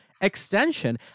extension